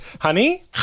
Honey